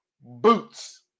boots